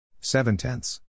Seven-tenths